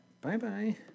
Bye-bye